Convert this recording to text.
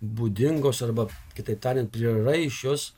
būdingos arba kitaip tariant prieraišios